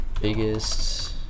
biggest